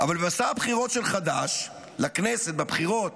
אבל במסע הבחירות של חד"ש לכנסת בבחירות